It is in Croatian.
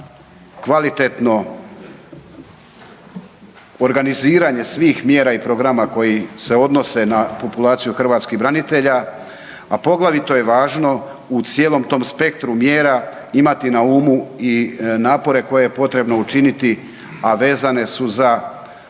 kvalitetno organiziranje svih mjera i programa koji se odnose na populaciju hrvatskih branitelja, a poglavito je važno u cijelom tom spektru mjera imati na umu i napore koje je potrebno učiniti a vezane su za